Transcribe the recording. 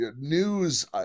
news